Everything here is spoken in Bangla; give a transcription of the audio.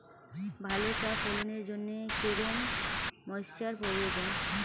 ভালো চা ফলনের জন্য কেরম ময়স্চার প্রয়োজন?